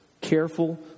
careful